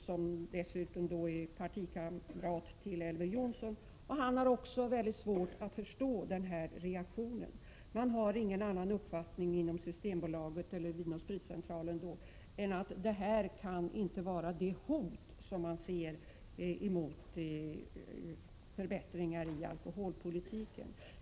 Den senare är ju partikamrat till Elver Jonsson, och även han har väldigt svårt att förstå den här reaktionen. Man har nämligen ingen annan uppfattning vare sig inom Systembolaget eller inom Vin & Spritcentralen än den att lättlättvinet inte kan utgöra det hot som det talas om mot förbättringar i alkoholpolitiken.